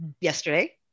yesterday